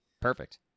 Perfect